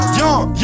young